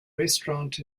restaurant